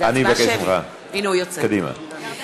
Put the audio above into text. מבקש ממך, קדימה.